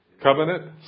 Covenant